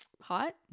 hot